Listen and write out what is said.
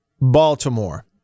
Baltimore